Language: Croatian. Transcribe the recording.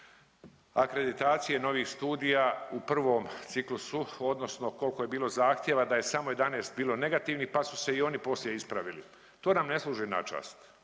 akreditacije novih studija u prvom ciklusu odnosno koliko je bilo zahtjeva, da je samo 11 bilo negativnih pa su se i oni poslije ispravili. To nam ne služi na čast.